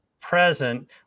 present